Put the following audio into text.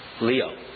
Leo